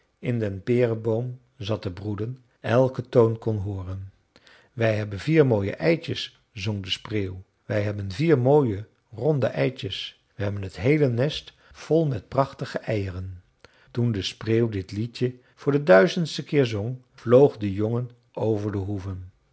in den pereboom zat te broeden elken toon kon hooren we hebben vier mooie eitjes zong de spreeuw we hebben vier mooie ronde eitjes we hebben t heele nest vol met prachtige eieren toen de spreeuw dit liedje voor den duizendsten keer zong vloog de jongen over de hoeve